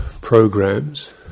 programs